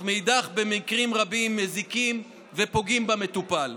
ומאידך גיסא במקרים רבים מזיקים ופוגעים במטופל.